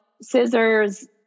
scissors